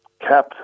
CAP